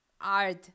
art